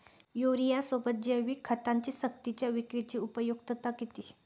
युरियासोबत जैविक खतांची सक्तीच्या विक्रीची उपयुक्तता किती?